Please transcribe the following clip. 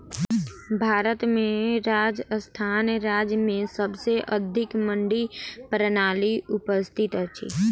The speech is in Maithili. भारत में राजस्थान राज्य में सबसे अधिक मंडी प्रणाली उपस्थित अछि